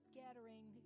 gathering